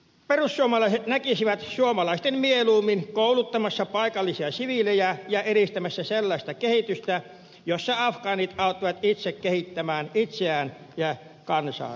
perussuomalaiset näkisivät suomalaiset mieluummin kouluttamassa paikallisia siviilejä ja edistämässä sellaista kehitystä jossa afgaanit auttavat itse kehittämään itseään ja kansaansa ja yhteiskuntaansa